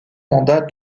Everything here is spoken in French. mandat